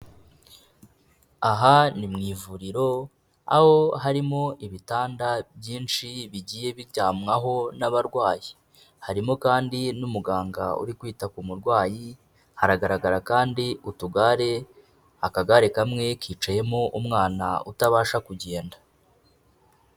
Aha ni mu ivuriro, aho harimo ibitanda byinshi bigiye biryamwaho n'abarwayi, harimo kandi n'umuganga uri kwita ku murwayi, haragaragara kandi utugare, akagare kamwe kicayemo umwana utabasha kugenda.